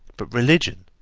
but religion,